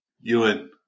Ewan